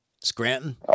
Scranton